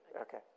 Okay